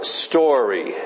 story